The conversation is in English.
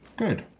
good.